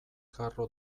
garro